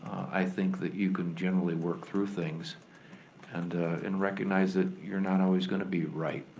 i think that you can generally work through things and ah and recognize that you're not always gonna be right.